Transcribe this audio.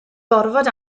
gorfod